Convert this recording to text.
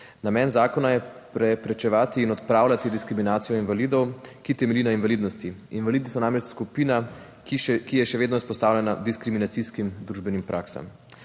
Namen zakona je preprečevati in odpravljati diskriminacijo invalidov, ki temelji na invalidnosti. Invalidi so namreč skupina, ki je še vedno izpostavljena diskriminacijskim družbenim praksam.